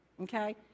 okay